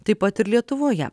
taip pat ir lietuvoje